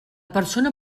persona